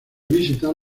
visitar